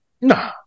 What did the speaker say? Nah